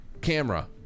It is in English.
camera